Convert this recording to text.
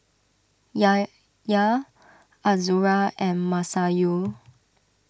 Yahya Azura and Masayu